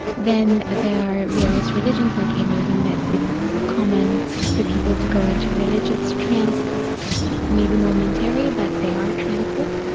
then there are various religions, like hinduism, that it's common for people to go into religious trances. it may be momentary but they are trances,